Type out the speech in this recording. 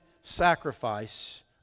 sacrifice